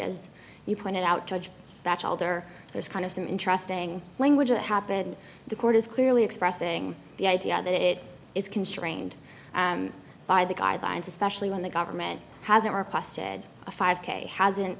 as you pointed out to edge batchelder there's kind of some interesting language that happened the court is clearly expressing the idea that it is constrained by the guidelines especially when the government hasn't requested a five k hasn't